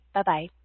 Bye-bye